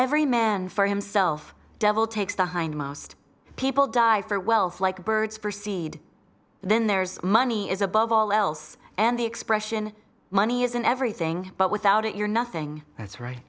every man for himself devil take the hindmost people die for wealth like birds proceed then there's money is above all else and the expression money isn't everything but without it you're nothing that's right